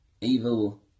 evil